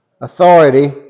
authority